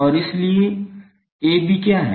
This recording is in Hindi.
और इसलिए AB क्या है